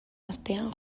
astean